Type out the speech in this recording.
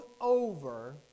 over